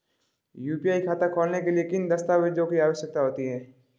UPI खाता खोलने के लिए किन दस्तावेज़ों की आवश्यकता होती है?